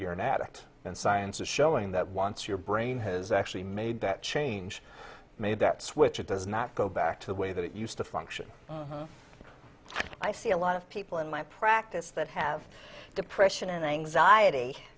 you're an addict and science is showing that once your brain has actually made that change made that switch it does not go back to the way that it used to function i see a lot of people in my practice that have depression and anxiety